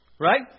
Right